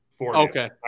Okay